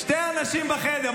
שני אנשים בחדר.